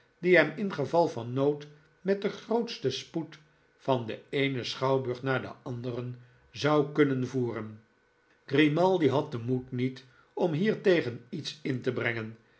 die hem ingeval van nood met den grootsten spoed van den eene schouwburg naar den anderen zou kunnen voeren grimaldi had den moed niet om hiertegen iets in te brengen